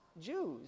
Jews